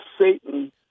Satan